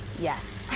yes